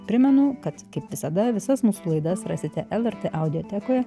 primenu kad kaip visada visas mūsų laidas rasite lrt audiotekoje